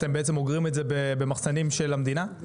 אתם בעצם אוגרים את זה במחסנים של המדינה?